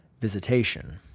visitation